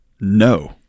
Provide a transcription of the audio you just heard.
no